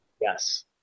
Yes